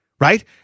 right